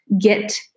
get